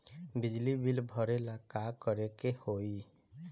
बिजली बिल भरेला का करे के होई?